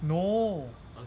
no